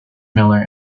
miller